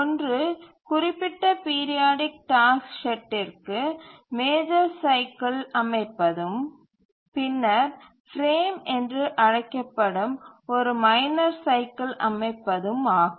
ஒன்று குறிப்பிட்ட periodic task செட்டிற்கு மேஜர் சைக்கில் அமைப்பதும் பின்னர் பிரேம் என்று அழைக்கப்படும் ஒரு மைனர் சைக்கில் அமைப்பதும் ஆகும்